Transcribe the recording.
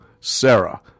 Sarah